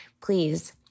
please